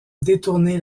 détourner